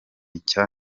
nshya